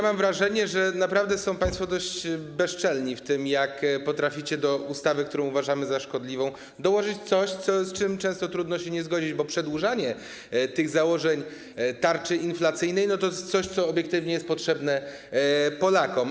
Mam wrażenie, że naprawdę są państwo dość bezczelni w tym, jak potraficie do ustawy, którą uważamy za szkodliwą, dołożyć coś, z czym często trudno się nie zgodzić, bo przedłużanie założeń tarczy inflacyjnej to jest coś, co obiektywnie jest potrzebne Polakom.